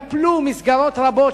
ייפלו מסגרות רבות,